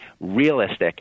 realistic